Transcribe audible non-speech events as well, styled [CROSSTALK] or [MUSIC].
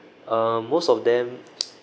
um most of them [NOISE]